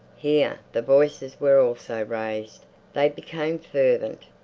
here the voices were always raised they became fervent.